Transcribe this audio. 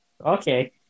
Okay